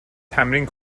تمرین